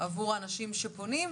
עבור האנשים שפונים.